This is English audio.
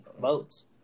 votes